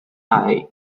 eye